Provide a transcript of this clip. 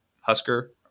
Husker